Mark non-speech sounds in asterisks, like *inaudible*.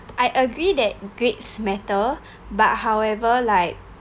I agree that grades matter *breath* but however like